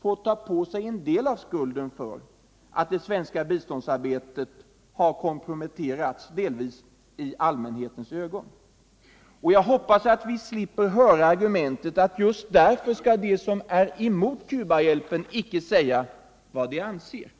får ta på sig en del av skulden för att det svenska biståndsarbetet delvis har komprometterats i allmänhetens ögon. Jag hoppas att vi slipper höra argumentet att just därför skall de som är emot Cubahjälpen icke säga vad de anser.